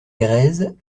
grèzes